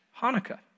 Hanukkah